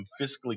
fiscally